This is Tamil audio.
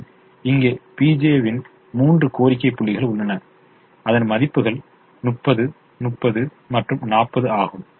மேலும் இங்கே bj வின் மூன்று கோரிக்கை புள்ளிகள் உள்ளன அதன் மதிப்புகள் 30 30 மற்றும் 40 ஆகும்